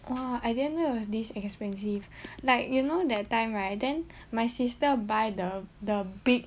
!wah! I didn't know it was this expensive like you know that time right then my sister buy the the big